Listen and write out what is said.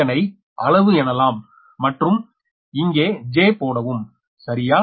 இதனை அளவு எனலாம் மற்றும் இங்கே j போடவும் சரியா